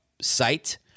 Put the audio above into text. site